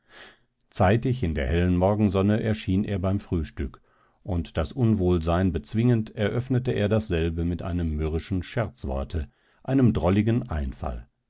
zeitig in der hellen morgensonne erschien er beim frühstück und das unwohlsein bezwingend eröffnete er dasselbe mit einem mürrischen scherzworte einem drolligen einfall